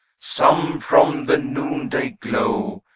some from the noonday glow.